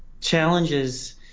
challenges